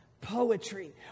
poetry